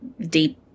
deep